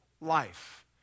life